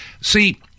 See